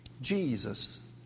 Jesus